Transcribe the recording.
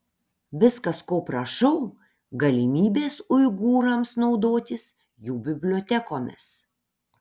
viskas ko prašau galimybės uigūrams naudotis jų bibliotekomis